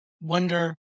Wonder